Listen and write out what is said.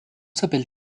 s’appelle